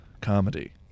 comedy